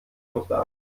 durchdacht